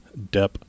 Depp